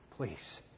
Please